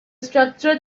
structure